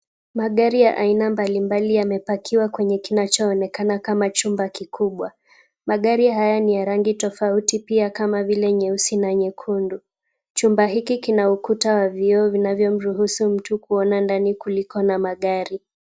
Magari ya aina mbali mbali yamepakiwa kwenye kinachoonekana kama chumba kikubwa. Magari haya ni ya rangi tofauti pia kama vile nyeusi na nyekundu. Chumba hiki kina ukuta wa vioo vinavyo mruhusu mtu kuona ndani kuliko na magari.